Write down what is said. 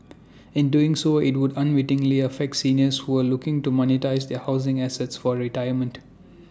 in doing so IT would unwittingly affect seniors who are looking to monetise their housing assets for retirement